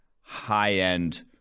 high-end